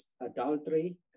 adultery